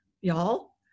y'all